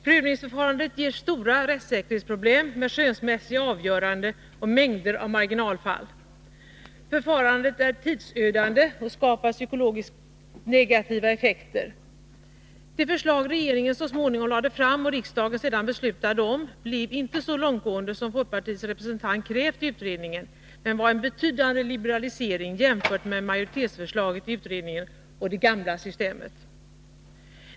Prövningsförfarandet ger stora rättssäkerhetsproblem med skönsmässiga avgöranden och mängder av marginalfall. Förfarandet är tidsödande och skapar psykologiskt negativa effekter. Det förslag regeringen så småningom lade fram och riksdagen sedan beslutade om blev inte så långtgående som folkpartiets representant krävt i utredningen men var en betydande liberalisering jämfört med majoritetsförslaget i utredningen och det gamla systemet.